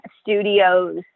studios